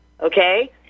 Okay